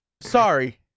sorry